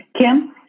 Kim